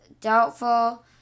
doubtful